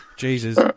Jesus